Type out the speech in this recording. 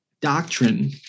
doctrine